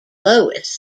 lowest